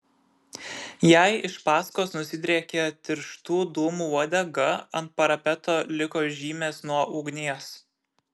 jai iš paskos nusidriekė tirštų dūmų uodega ant parapeto liko žymės nuo ugnies